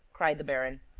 cried the baron.